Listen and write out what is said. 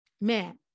man